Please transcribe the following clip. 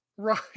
Right